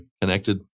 Connected